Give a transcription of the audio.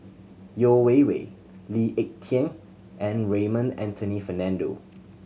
Yeo Wei Wei Lee Ek Tieng and Raymond Anthony Fernando